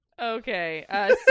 okay